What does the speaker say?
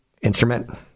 instrument